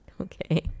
Okay